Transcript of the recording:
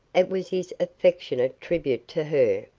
it was his affectionate tribute to her.